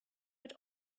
with